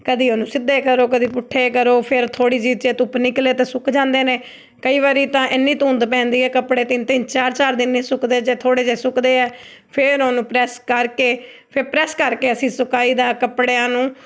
ਕਦੇ ਉਹਨੂੰ ਸਿੱਧੇ ਕਰੋ ਕਦੇ ਪੁੱਠੇ ਕਰੋ ਫਿਰ ਥੋੜ੍ਹੀ ਜਿਹੀ ਜੇ ਧੁੱਪ ਨਿਕਲੇ ਤਾਂ ਸੁੱਕ ਜਾਂਦੇ ਨੇ ਕਈ ਵਾਰੀ ਤਾਂ ਇੰਨੀ ਧੁੰਦ ਪੈਂਦੀ ਆ ਕੱਪੜੇ ਤਿੰਨ ਤਿੰਨ ਚਾਰ ਚਾਰ ਦਿਨ ਨਹੀਂ ਸੁੱਕਦੇ ਜੇ ਥੋੜ੍ਹੇ ਜਿਹੇ ਸੁੱਕਦੇ ਆ ਫਿਰ ਉਹਨੂੰ ਪ੍ਰੈਸ ਕਰਕੇ ਫਿਰ ਪ੍ਰੈਸ ਕਰਕੇ ਅਸੀਂ ਸੁਕਾਈ ਦਾ ਕੱਪੜਿਆਂ ਨੂੰ